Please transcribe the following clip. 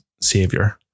savior